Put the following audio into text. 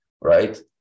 right